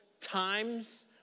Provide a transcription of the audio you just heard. times